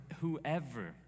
whoever